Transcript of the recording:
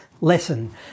lesson